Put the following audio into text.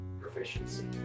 Proficiency